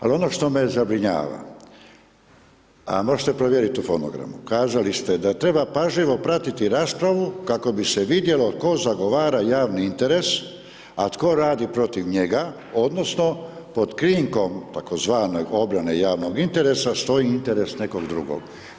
Ali ono što me zabrinjava a možete provjeriti u fonogramu, kazali ste da treba pažljivo pratiti raspravu kako bi se vidjelo tko zagovara javni interes a tko radi protiv njega, odnosno pod krinkom tzv. obrane javnog interesa stoji interes nekog drugog.